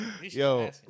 yo